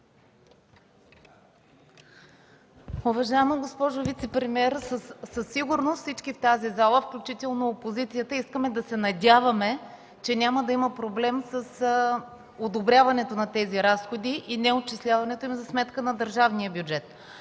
Уважаема госпожо вицепремиер, със сигурност всички в тази зала, включително опозицията, искаме да се надяваме, че няма да има проблем с одобряването на тези разходи и неотчисляването им за сметка на държавния бюджет.